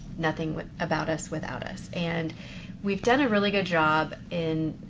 nothing but about us without us. and we've done a really good job in,